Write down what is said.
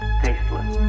tasteless